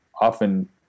often